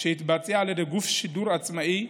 שהתבצע על ידי גוף שידור עצמאי,